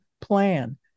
plan